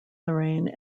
lorraine